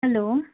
hello